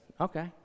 okay